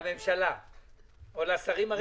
לממשלה או לשרים הרלוונטיים.